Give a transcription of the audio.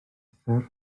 uthr